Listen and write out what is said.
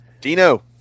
Dino